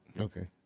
Okay